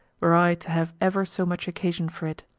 were i to have ever so much occasion for it.